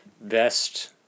best